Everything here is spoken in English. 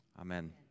Amen